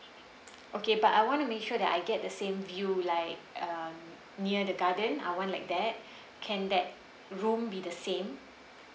okay but I want to make sure that I get the same view like um near the garden I want like that can that room be the same